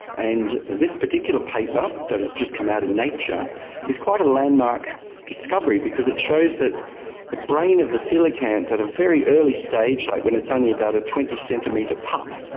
and this particular paper that has just come out in nature is quite a landmark discovery because it shows that the brain of the coelacanth at a very early stage, like when it's only about a twenty centimetre pup,